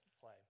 play